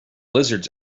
lizards